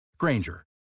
Granger